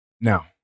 Now